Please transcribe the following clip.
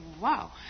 wow